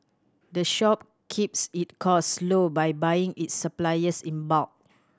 the shop keeps it cost low by buying its suppliers in bulk